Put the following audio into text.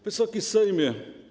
Wysoki Sejmie!